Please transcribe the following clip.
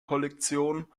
kollektion